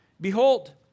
Behold